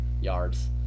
yards